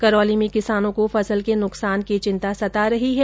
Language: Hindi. करौली में किसानों को फसल के नुकसान की चिंता सता रही है